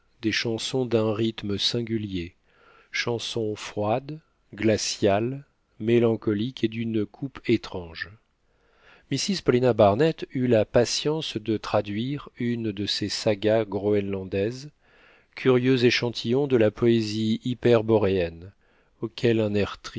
des chansons d'un rythme singulier chansons froides glaciales mélancoliques et d'une coupe étrange mrs paulina barnett eut la patience de traduire une de ces sagas groënlandaises curieux échantillon de la poésie hyperboréenne auquel